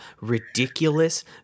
ridiculous